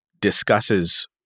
discusses